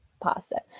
Pasta